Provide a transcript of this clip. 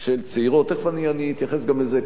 של צעירות, תיכף אני אתייחס גם לזה.